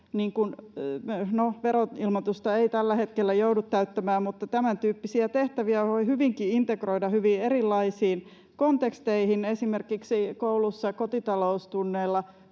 veroilmoitusta ei tällä hetkellä joudu täyttämään, mutta tämäntyyppisiä tehtäviä voi hyvinkin integroida hyvin erilaisiin konteksteihin. Esimerkiksi koulussa kotitaloustunneilla